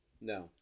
No